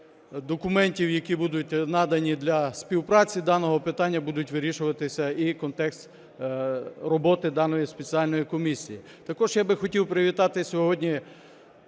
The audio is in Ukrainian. документів, які будуть надані для співпраці даного питання, буде вирішуватися і контекст роботи даної спеціальної комісії. Також я би хотів привітати сьогодні